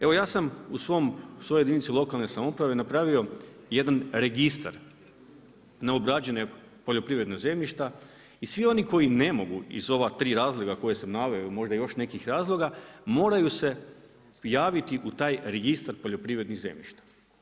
Evo ja sam u svojoj jedinici lokalne samouprave napravio jedan registar neobrađenog poljoprivrednog zemljišta i svi oni koji ne mogu iz ova tri razloga koje sam naveo, možda i još nekih razloga, moraju se javiti u taj registar poljoprivrednih zemljišta.